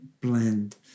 blend